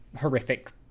horrific